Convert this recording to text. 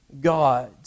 God